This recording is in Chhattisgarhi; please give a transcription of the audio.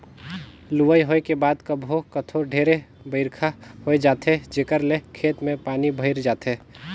लुवई होए के बाद कभू कथों ढेरे बइरखा होए जाथे जेखर ले खेत में पानी भइर जाथे